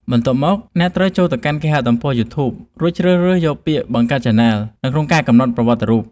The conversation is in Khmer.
បន្ទាប់មក អ្នកត្រូវចូលទៅកាន់គេហទំព័រ យូធូប រួចជ្រើសរើសយកពាក្យ បង្កើតឆានែល នៅក្នុងការកំណត់ប្រវត្តិរូប។